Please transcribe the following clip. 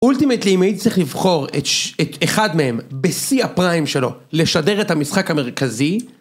אולטימטלי, אם היית צריך לבחור את אחד מהם בשיא הפריים שלו לשדר את המשחק המרכזי